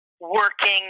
working